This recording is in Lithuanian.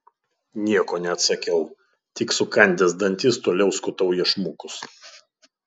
nieko neatsakiau tik sukandęs dantis toliau skutau iešmukus